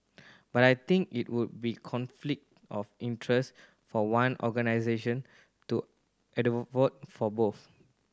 but I think it would be conflict of interest for one organisation to for both